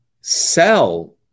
sell